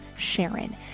Sharon